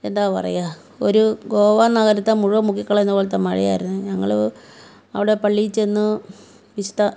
എന്താ പറയുക ഒരു ഗോവ നഗരത്തെ മുഴുവൻ മുക്കിക്കളയുന്ന പോലത്തെ മഴയായിരുന്നു ഞങ്ങൾ അവിടെ പള്ളി ചെന്ന് വിശുദ്ധ